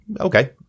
okay